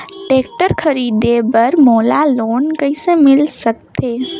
Tractor खरीदे बर मोला लोन कइसे मिल सकथे?